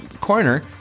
corner